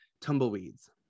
tumbleweeds